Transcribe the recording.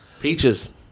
Peaches